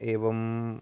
एवं